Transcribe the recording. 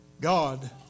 God